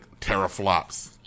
teraflops